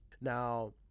Now